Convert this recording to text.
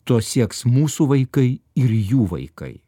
to sieks mūsų vaikai ir jų vaikai